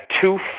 two